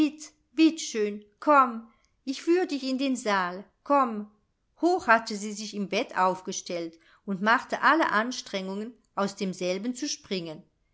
bitt schön komm ich führ dich in den saal komm hoch hatte sie sich im bett aufgestellt und machte alle anstrengungen aus demselben zu springen